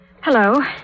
Hello